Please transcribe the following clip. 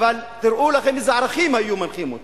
אבל תארו לכם איזה ערכים היו מנחים אותה.